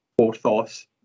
Orthos